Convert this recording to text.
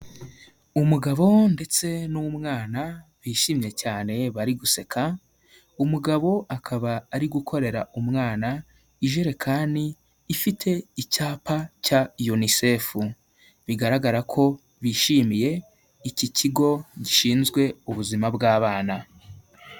Umugabo ndetse n'umwana bishimye cyane bari guseka, umugabo akaba ari gukorera umwana ijerekani ifite icyapa cya yunisefu, bigaragara ko bishimiye iki kigo gishinzwe ubuzima bw'abana.